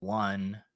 one